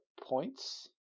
points